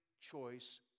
choice